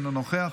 אינו נוכח,